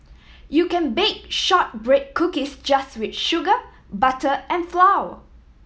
you can bake shortbread cookies just with sugar butter and flour